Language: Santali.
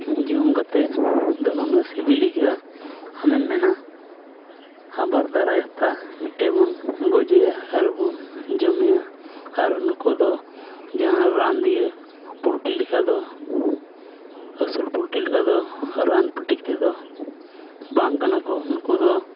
ᱡᱚᱢ ᱠᱟᱛᱮᱫ ᱟᱫᱚ ᱱᱩᱱᱟᱹᱜ ᱥᱤᱵᱤᱞ ᱟᱹᱭᱠᱟᱹᱜᱼᱟ ᱟᱢᱮᱢ ᱢᱮᱱᱟ ᱟᱵᱟᱨ ᱫᱟᱨᱟᱭ ᱦᱟᱯᱛᱟ ᱢᱤᱫᱴᱮᱡ ᱵᱚᱱ ᱜᱚᱡᱮᱭᱟ ᱟᱨᱵᱚᱱ ᱡᱚᱢᱮᱭᱟ ᱟᱨ ᱱᱩᱠᱩ ᱫᱚ ᱡᱟᱦᱟᱸ ᱨᱟᱱ ᱫᱤᱭᱮ ᱯᱩᱞᱴᱤ ᱞᱮᱠᱟ ᱫᱚ ᱟᱹᱥᱩᱞ ᱯᱚᱞᱴᱤ ᱞᱮᱠᱟ ᱫᱚ ᱨᱟᱱ ᱯᱟᱹᱴᱤ ᱠᱟᱛᱮᱫ ᱫᱚ ᱵᱟᱝ ᱠᱟᱱᱟ ᱠᱚ ᱱᱩᱠᱩ ᱫᱚ